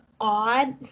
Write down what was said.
odd